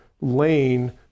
Lane